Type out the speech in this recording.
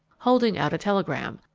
holding out a telegram.